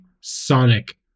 sonic